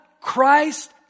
Christ